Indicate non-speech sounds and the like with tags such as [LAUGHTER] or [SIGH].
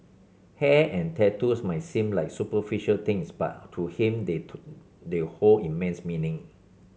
hair and tattoos might seem like superficial things but to him they [UNINTELLIGIBLE] they hold immense meaning